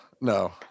No